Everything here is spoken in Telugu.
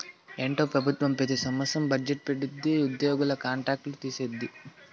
ఏందో పెబుత్వం పెతి సంవత్సరం బజ్జెట్ పెట్టిది ఉద్యోగుల కాంట్రాక్ట్ లు తీసేది